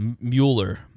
Mueller